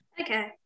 Okay